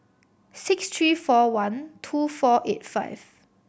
six three four one two four eight five